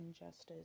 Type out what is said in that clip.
injustice